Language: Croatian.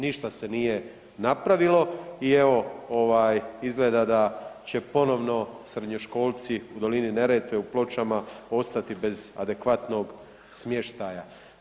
Ništa se nije napravilo i evo izgleda da će ponovno srednjoškolci u Dolini Neretve u Pločama ostati bez adekvatnog smještaja.